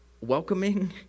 welcoming